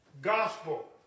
gospel